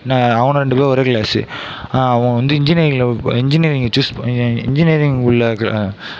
அவுனுக ரெண்டு பேரும் ஒரே கிளாஸு அவன் வந்து இன்ஜினியரிங்கில் இன்ஜினியரிங்கை சூஸ் பண்ணி இன்ஜினியரிங் உள்ள